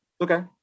Okay